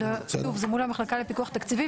שוב, זה מול המחלקה לפיקוח תקציבי.